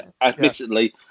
admittedly